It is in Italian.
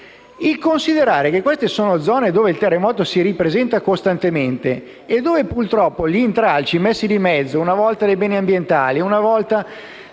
considerare che quelle sono zone in cui il terremoto si ripresenta costantemente e dove purtroppo gli intralci posti in mezzo, una volta dai beni ambientali, una volta